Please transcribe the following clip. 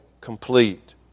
complete